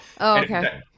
okay